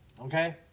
okay